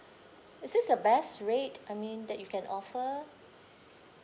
is this the best rate I mean that you can offer